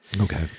Okay